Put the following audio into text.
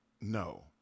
No